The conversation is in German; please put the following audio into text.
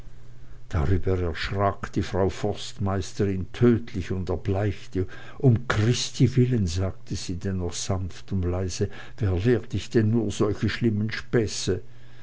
darüber erschrak die frau forstmeisterin tödlich und erbleichte um christi willen sagte sie dennoch sanft und leise wer lehrt dich nur solche schlimmen späße